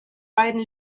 beiden